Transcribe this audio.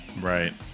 right